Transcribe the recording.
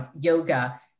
yoga